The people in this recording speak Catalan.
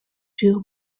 sur